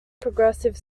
progressive